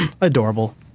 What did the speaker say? adorable